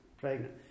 pregnant